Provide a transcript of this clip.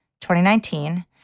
2019